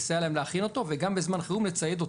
לסייע להם להכין אותו וגם בזמן חירום לצייד אותם.